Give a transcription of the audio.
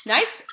Nice